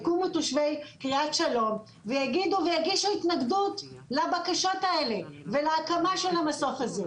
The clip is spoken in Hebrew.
קרית שלום ויגידו ויגישו התנגדות לבקשות האלה ולהקמה של המסוף הזה.